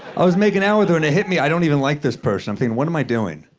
i was making out with her and it hit me, i don't even like this person. i'm thinking, what am i doing?